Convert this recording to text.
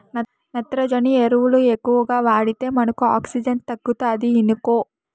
నత్రజని ఎరువులు ఎక్కువగా వాడితే మనకు ఆక్సిజన్ తగ్గుతాది ఇనుకో